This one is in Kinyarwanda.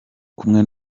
kumwe